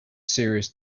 serious